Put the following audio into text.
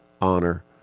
honor